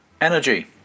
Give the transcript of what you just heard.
energy